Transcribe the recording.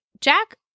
Jack